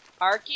Arky